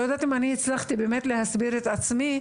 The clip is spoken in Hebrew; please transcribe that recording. אני לא יודעת אם אני הצלחתי באמת להסביר את עצמי.